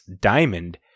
Diamond